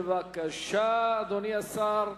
בבקשה, אדוני השר.